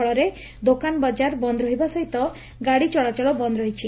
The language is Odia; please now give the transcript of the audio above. ଫଳରେ ଦୋକାନବଜାର ବନ୍ଦ ରହିବା ସହିତ ଗାଡ଼ି ଚଳାଚଳ ବନ୍ଦ ରହିଛି